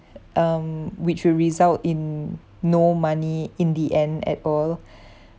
um which will result in no money in the end at all